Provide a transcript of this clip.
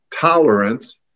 tolerance